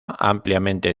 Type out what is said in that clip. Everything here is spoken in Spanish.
ampliamente